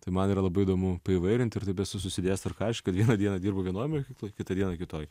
tai man yra labai įdomu paįvairinti ir taip esu susidėjęs tvarkaraštį kad vieną dieną dirbu vienoj mokykloj kitą dieną kitoj